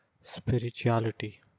spirituality